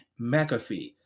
McAfee